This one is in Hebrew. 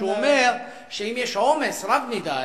הוא אומר שאם יש עומס רב מדי,